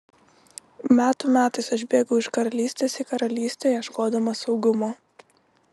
metų metais aš bėgau iš karalystės į karalystę ieškodamas saugumo